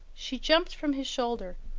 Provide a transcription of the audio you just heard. she jumped from his shoulder,